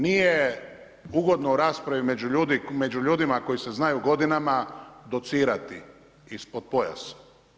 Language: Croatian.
Nije ugodno u raspravi među ljudima koji se znaju godinama docirati ispod pojasa.